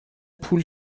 پول